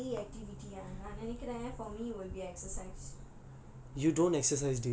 what daily activity ah நான் நினைக்குறேன்:naan ninaikuraen for me will be exercise